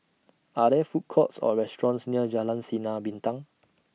Are There Food Courts Or restaurants near Jalan Sinar Bintang